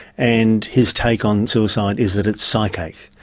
and his take on suicide is that it's psychache,